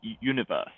universe